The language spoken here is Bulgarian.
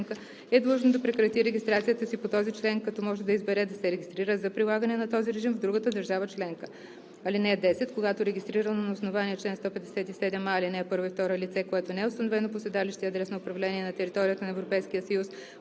е длъжно да прекрати регистрацията си по този член, като може да избере да се регистрира за прилагане на този режим в другата държава членка. (10) Когато регистрирано на основание чл. 157а, ал. 1 и 2 лице, което не е установено по седалище и адрес на управление на територията на Европейския съюз,